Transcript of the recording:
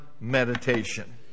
meditation